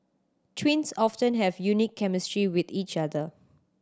twins often have a unique chemistry with each other